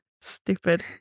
Stupid